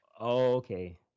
okay